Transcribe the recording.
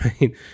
right